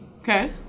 Okay